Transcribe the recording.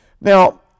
Now